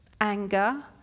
anger